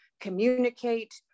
communicate